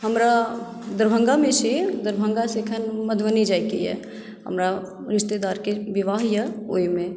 हमरा दरभङ्गामे छी दरभङ्गा से एखन मधुबनी जाएके यऽ हमरा रिश्तेदारके विवाह यऽ ओहिमे